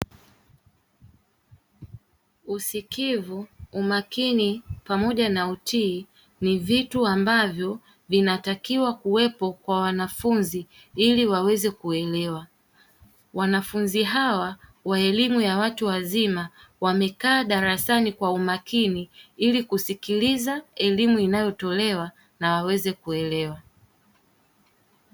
Usikivu, umakini, pamoja na utii ni vitu ambavyo vinatakiwa kuwepo kwa wanafunzi ili waweze kuelewa; wanafunzi hawa wa elimu ya watu wazima, wamekaa darasani kwa umakini ili kusikiliza elimu inayotolewa na waweze kuelewa.